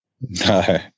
No